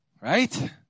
right